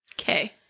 Okay